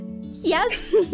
Yes